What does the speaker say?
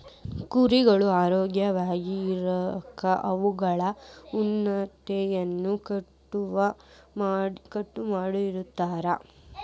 ಕುರಿಗಳು ಆರೋಗ್ಯವಾಗಿ ಇರಾಕ ಅವುಗಳ ಉಣ್ಣೆಯನ್ನ ಕಟಾವ್ ಮಾಡ್ತಿರ್ತಾರ